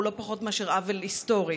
הוא לא פחות מאשר עוול היסטורי,